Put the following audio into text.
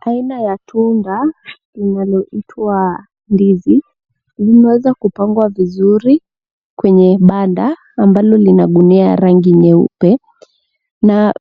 Aina ya tunda linaloitwa ndizi limeweza kupangwa vizuri kwenye banda ambalo lina gunia ya rangi nyeupe na